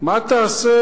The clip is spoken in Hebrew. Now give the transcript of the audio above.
מה תעשה